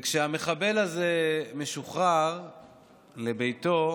כשהמחבל הזה משוחרר לביתו,